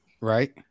right